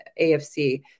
AFC